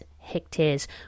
Hectares